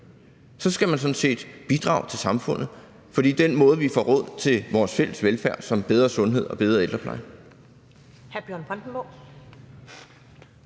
sådan set bidrage til samfundet, for det er på den måde, vi får råd til vores fælles velfærd som f.eks. bedre sundhed og bedre ældrepleje,